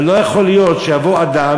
ולא יכול להיות שיבוא אדם,